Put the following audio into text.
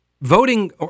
voting